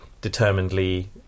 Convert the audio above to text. determinedly